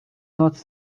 nocy